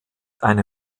eine